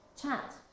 chat